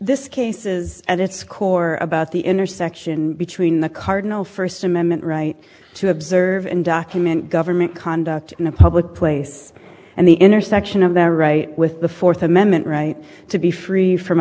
this case is at its core about the intersection between the cardinal first amendment right to observe and document government conduct in a public place and the intersection of the right with the fourth amendment right to be free from